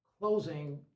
closing